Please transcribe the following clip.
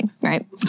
right